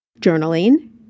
Journaling